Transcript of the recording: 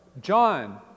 John